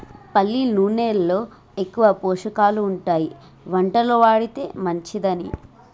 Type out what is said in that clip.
పల్లి నూనెలో ఎక్కువ పోషకాలు ఉంటాయి వంటలో వాడితే మంచిదని